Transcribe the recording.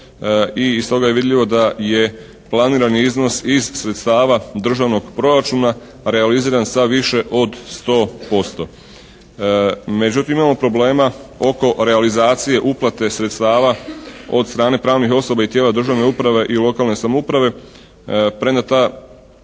I iz toga je vidljivo da je planirani iznos iz sredstava državnog proračuna realiziran sa više od 100%. Međutim imamo problema oko realizacije uplate sredstava od strane pravnih osoba i tijela državne uprave i lokalne samouprave. Premda ta